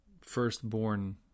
firstborn